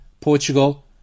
Portugal